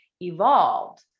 evolved